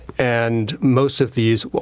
and most of these.